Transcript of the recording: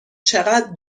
چقدر